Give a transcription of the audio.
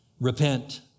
Repent